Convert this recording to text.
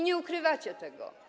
Nie ukrywacie tego.